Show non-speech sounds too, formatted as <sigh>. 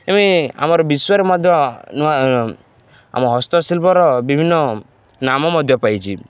<unintelligible> ଆମର ବିଶ୍ୱରେ ମଧ୍ୟ ନୂଆ ଆମ ହସ୍ତଶିଳ୍ପର ବିଭିନ୍ନ ନାମ ମଧ୍ୟ ପାଇଛି